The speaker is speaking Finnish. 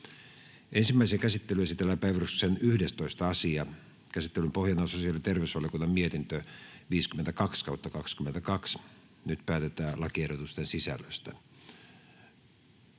Ensimmäiseen käsittelyyn esitellään päiväjärjestyksen 12. asia. Käsittelyn pohjana on sosiaali- ja terveysvaliokunnan mietintö StVM 50/2022 vp. Nyt päätetään lakiehdotuksen sisällöstä.